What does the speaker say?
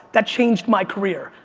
that changed my career.